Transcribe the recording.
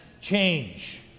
change